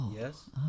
Yes